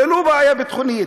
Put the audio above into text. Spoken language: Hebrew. זו לא בעיה ביטחונית.